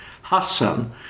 Hassan